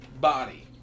body